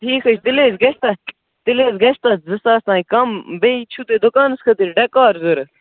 ٹھیٖک حظ چھُ تیٚلہِ حظ گَژھِ تَتھ تیٚلہِ حظ گژھِ تَتھ زٕ ساس تانۍ کَم بیٚیہِ چھُو تُہۍ دُکانَس خٲطرٕ ڈیکار ضروٗرت